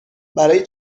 برای